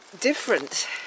different